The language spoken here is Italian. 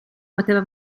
poteva